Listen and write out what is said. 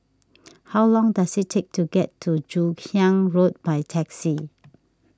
how long does it take to get to Joon Hiang Road by taxi